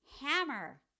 hammer